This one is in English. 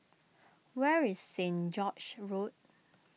where is Saint George's Road